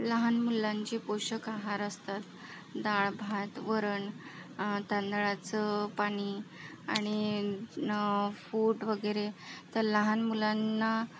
लहान मुलांचे पोषक आहार असतात डाळ भात वरण आणि तांदळाचं पाणी आणि फूड वगैरे तर लहान मुलांना